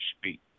speak